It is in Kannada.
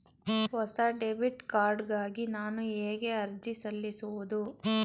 ಹೊಸ ಡೆಬಿಟ್ ಕಾರ್ಡ್ ಗಾಗಿ ನಾನು ಹೇಗೆ ಅರ್ಜಿ ಸಲ್ಲಿಸುವುದು?